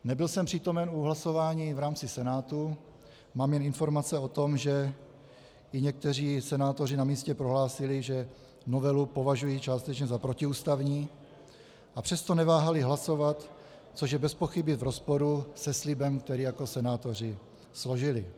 Nebyl jsem přítomen u hlasování v rámci Senátu, mám jen informace o tom, že i někteří senátoři na místě prohlásili, že novelu považují částečně za protiústavní, a přesto neváhali hlasovat, což je bezpochyby v rozporu se slibem, který jako senátoři složili.